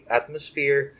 atmosphere